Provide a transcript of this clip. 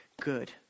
Good